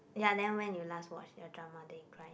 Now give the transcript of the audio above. ya then when you last watch your drama then you cry